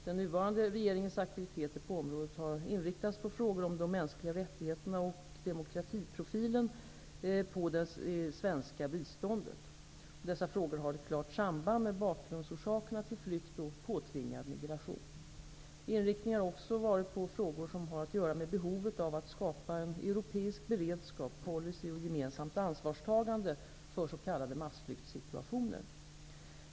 Den nuvarande regeringens aktiviteter på området har inriktats på frågor om de mänskliga rättigheterna och demokratiprofilen på det svenska biståndet. Dessa frågor har ett klart samband med bakgrundsorsakerna till flykt och påtvingad migration. Inriktningen har också varit på frågor som har att göra med behovet av att skapa en europeisk beredskap, policy och gemensamt ansvarstagande för s.k. massflyktssituationer.